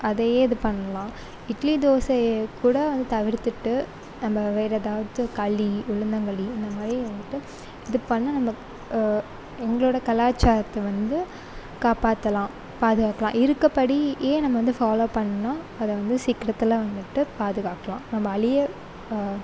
அதையே இது பண்ணலாம் இட்லி தோசையை கூட வந்து தவிர்த்துவிட்டு நம்ம வேறு ஏதாவது களி உளுந்தங்களி இந்த மாதிரி வந்துட்டு இது பண்ணிணா நமக்கு எங்களோட கலாச்சாரத்தை வந்து காப்பாற்றலாம் பாதுகாக்கலாம் இருக்கப்படியே நம்ம வந்து ஃபாலோவ் பண்ணிணா அதை வந்து சீக்கிரத்தில் வந்துட்டு பாதுகாக்கலாம் நம்ம அழிய